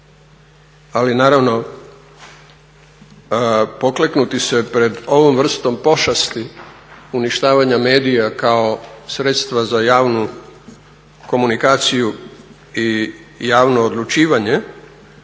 Ali naravno pokleknuti se pred ovom vrstom pošasti uništavanja medija kao sredstva za javnu komunikaciju i javno odlučivanje,